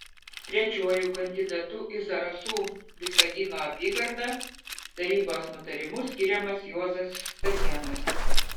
trečiuoju kandidatu į zarasų visagino apygardą tarybos nutarimu skiriamas juozas stanėnas